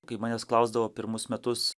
kai manęs klausdavo pirmus metus